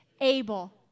able